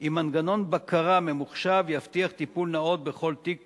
עם מנגנון בקרה ממוחשב יבטיח טיפול נאות בכל תיק